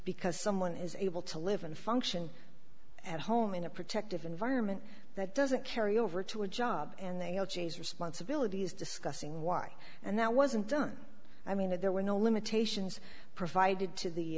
because someone is able to live and function at home in a protective environment that doesn't carry over to a job and they all g s responsibility is discussing why and that wasn't done i mean there were no limitations provided to the